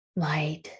light